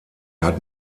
hat